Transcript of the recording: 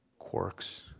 Quarks